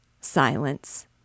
Silence